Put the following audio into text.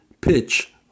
pitch